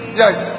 yes